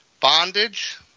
bondage